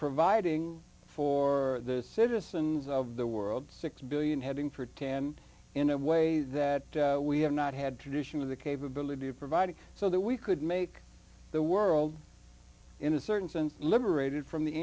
providing for the citizens of the world six billion heading for ten in a way that we have not had tradition of the capability of providing so that we could make the world in a certain liberated from the